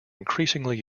increasingly